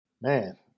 man